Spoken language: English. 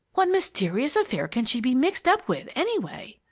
what mysterious affair can she be mixed up with, anyway?